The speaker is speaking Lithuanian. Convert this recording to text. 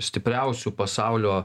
stipriausių pasaulio